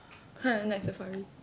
[heh] Night Safari